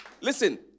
Listen